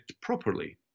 properly